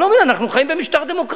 אני לא מבין, אנחנו חיים במשטר דמוקרטי.